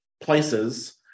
places